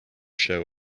show